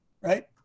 Right